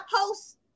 post